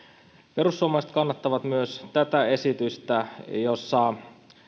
perussuomalaiset kannattavat myös tätä esitystä jossa